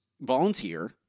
volunteer